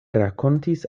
rakontis